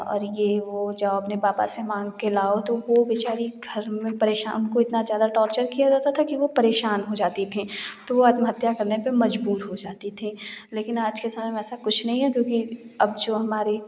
और यह वो जाओ अपने पापा से मांग कर लाओ तो वह बेचारी घर में परेशान को इतना ज़्यादा टॉर्चर किया जाता था कि वो परेशान हो जाती थी तो आत्महत्या करने पर मजबूर हो जाती थीं लेकिन आज के समय ऐसा कुछ नहीं है क्योंकि अब जो हमारे